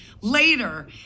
later